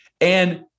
And-